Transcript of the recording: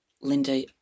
Linda